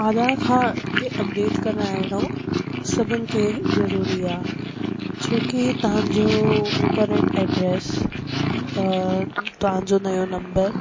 Aadhaar card खे update कराइणो सभिनि खे जरूरी आहे छोकि तव्हांजो करंट एड्रेस अ तव्हांजो नयो नंबर